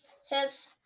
says